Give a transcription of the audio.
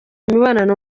imibonano